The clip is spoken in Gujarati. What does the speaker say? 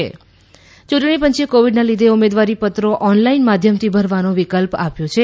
યૂંટણી પંચે કોવિડના લીધે ઉમેદવારીપત્રો ઓનલાઇન માધ્યમથી ભરવાનો વિકલ્પ આપ્યો છે